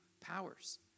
powers